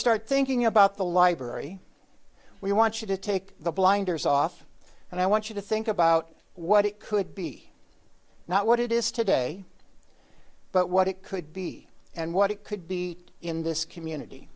start thinking about the library we want you to take the blinders off and i want you to think about what it could be not what it is today but what it could be and what it could be in this community